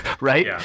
right